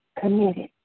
committed